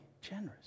generous